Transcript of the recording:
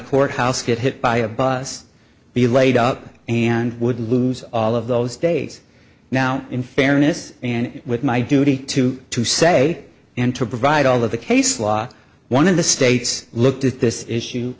court house get hit by a bus be laid up and would lose all of those days now in fairness and with my duty to to say and to provide all of the case law one of the states looked at this issue